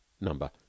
number